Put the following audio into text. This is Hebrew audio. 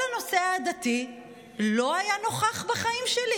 כל הנושא העדתי לא היה נוכח בחיים שלי.